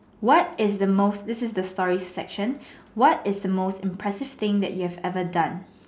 what is the most this is the story section what is the most impressive thing that you have ever done